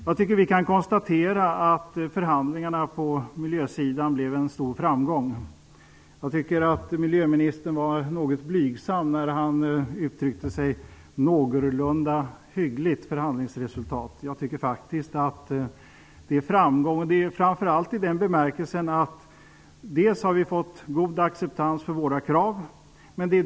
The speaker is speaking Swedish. Jag tycker att vi kan konstatera att förhandlingarna på miljösidan blev en stor framgång. Miljöministern var något blygsam när han talade om ett ''någorlunda hyggligt'' förhandlingsresultat. Jag tycker faktiskt att det var en framgång, framför allt i den bemärkelsen att vi har fått god acceptans för våra krav.